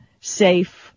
safe